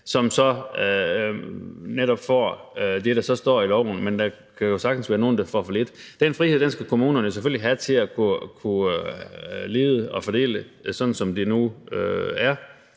så netop får det, der står i loven – men der kan jo sagtens være nogle, der får for lidt. Den frihed skal kommunerne selvfølgelig have til at kunne lede og fordele det, som der nu er